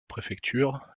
préfecture